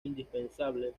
indispensable